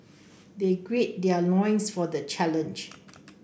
they gird their loins for the challenge